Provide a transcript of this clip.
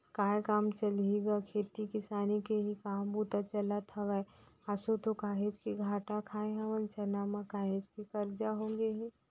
काय काम चलही गा खेती किसानी के ही काम बूता चलत हवय, आसो तो काहेच के घाटा खाय हवन चना म, काहेच के करजा होगे हे